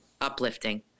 uplifting